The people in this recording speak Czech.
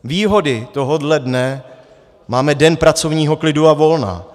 Výhody tohohle dne máme den pracovního klidu a volna.